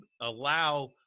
allow